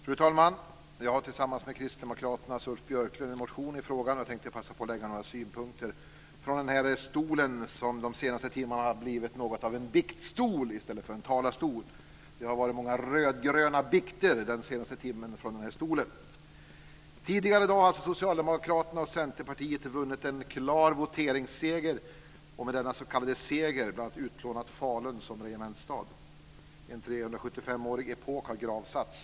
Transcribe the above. Fru talman! Jag har tillsammans med Kristdemokraternas Ulf Björklund väckt en motion i frågan. Jag tänkte passa på att lägga fram några synpunkter från denna stol, som de senaste timmarna har blivit något av en biktstol i stället för en talarstol. Det har varit många röd-gröna bikter den senaste timmen från denna stol. Tidigare i dag har Socialdemokraterna och Centerpartiet vunnit en klar voteringsseger - och med denna s.k. seger bl.a. utplånat Falun som regementsstad. En 375-årig epok har gravsatts.